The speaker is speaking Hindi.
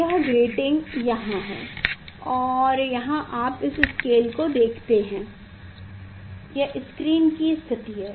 यह ग्रेटिंग यहाँ है और यहाँ आप इस स्केल को देखते हैं यह स्क्रीन की स्थिति है